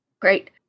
Great